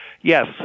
yes